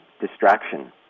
distraction